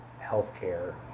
healthcare